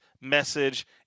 message